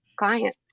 Client